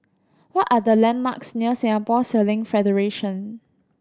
what are the landmarks near Singapore Sailing Federation